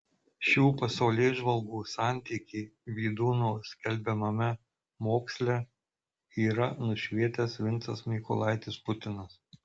šių pasaulėžvalgų santykį vydūno skelbiamame moksle yra nušvietęs vincas mykolaitis putinas